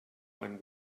when